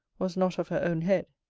was not of her own head.